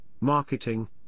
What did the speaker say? marketing